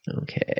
okay